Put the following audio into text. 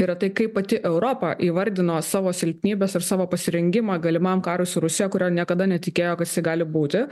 yra tai kaip pati europa įvardino savo silpnybes ir savo pasirengimą galimam karui su rusija kurio niekada netikėjo kad jisai gali būti